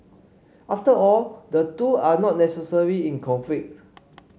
after all the two are not necessarily in conflict